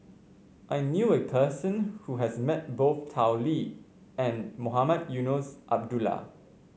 I knew a person who has met both Tao Li and Mohamed Eunos Abdullah